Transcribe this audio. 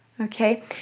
Okay